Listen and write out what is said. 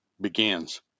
begins